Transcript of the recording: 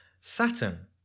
saturn